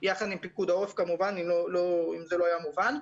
יחד עם פיקוד העורף כמובן, אם זה לא היה מובן.